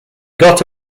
got